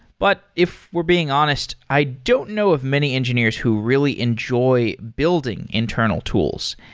but if we're being honest, i don't know of many engineers who really enjoy building internal tools.